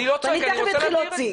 אני לא צועק, אני רוצה להבהיר את זה.